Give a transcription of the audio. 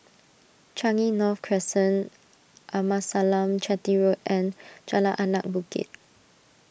Changi North Crescent Amasalam Chetty Road and Jalan Anak Bukit